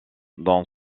dans